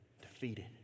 defeated